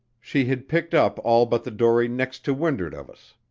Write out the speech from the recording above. she had picked up all but the dory next to wind'ard of us.